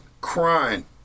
crying